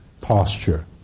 posture